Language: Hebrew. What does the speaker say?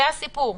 זה הסיפור.